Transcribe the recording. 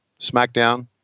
SmackDown